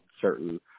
certain